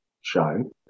show